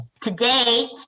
Today